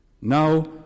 Now